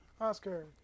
Oscar